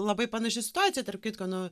labai panaši situacija tarp kitko nu